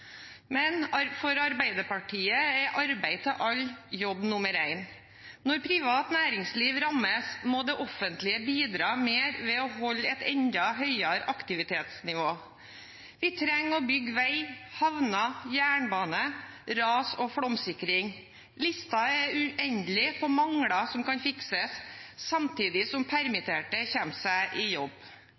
for Arbeiderpartiet er arbeid til alle jobb nummer én. Når privat næringsliv rammes, må det offentlige bidra mer ved å holde et enda høyere aktivitetsnivå. Vi trenger å bygge vei, havner, jernbane, ras- og flomsikring – listen er uendelig over mangler som kan fikses, samtidig som permitterte kommer seg i jobb.